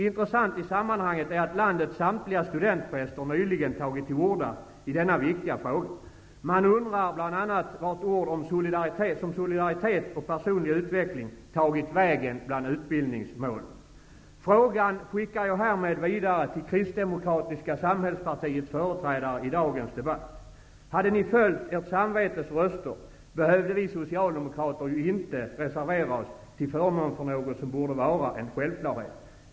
Intressant i sammanhanget är att landets samtliga studentpräster nyligen tagit till orda i denna viktiga fråga. Man undrar bl.a. vart ord om solidaritet och personlig utveckling tagit vägen bland utbildningsmålen. Frågan skickar jag härmed vidare till Kristdemokratiska samhällspartiets företrädare i dagens debatt. Hade ni följt ert samvetes röster behövde vi socialdemokrater ju inte reservera oss till förmån för något som borde vara en självklarhet.